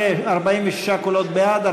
ב-46 קולות בעד,